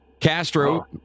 Castro